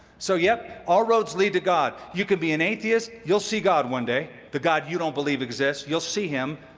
so, yup, all roads lead to god. you can be an atheist you'll see god one day. the god you don't believe exists, you'll see him,